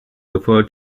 refer